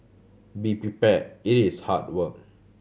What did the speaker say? be prepared it is hard work